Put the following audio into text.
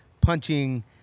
punching